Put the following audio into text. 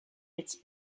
its